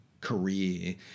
career